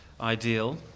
ideal